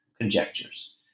conjectures